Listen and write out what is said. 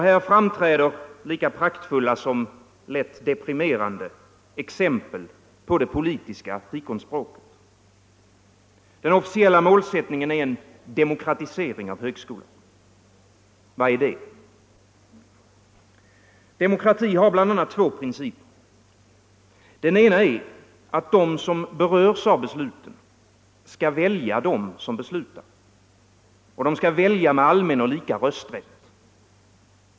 Här framträder lika praktfulla som lätt deprimerande exempel på det politiska fikonspråket. Den officiella målsättningen är ”demokratisering” av högskolan. Vad är det? Demokrati har bl.a. två principer. Den ena är att de som berörs av besluten skall välja dem som beslutar, och de skall välja med allmän och lika rösträtt.